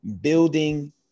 building